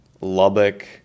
Lubbock